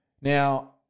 Now